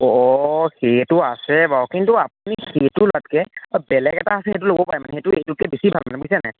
অ' সেইটো আছে বাৰু কিন্তু আপুনি সেইটো লোৱাতকৈ অ' বেলেগ এটা আছে সেইটো ল'ব পাৰে মানে সেইটো এইটোতকৈ বেছি ভাল মানে বুজিছেনে নাই